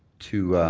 to